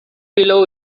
below